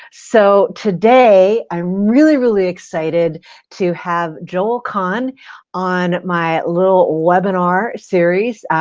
so today i'm really, really excited to have joel kahn on my little webinar series.